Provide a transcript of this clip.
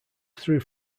through